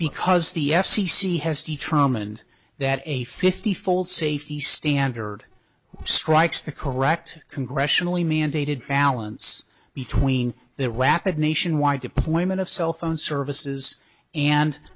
because the f c c has determined that a fifty fold safety standard strikes the correct congressionally mandated balance between the rapid nationwide deployment of cell phone services and